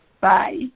bye